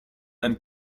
and